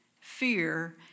fear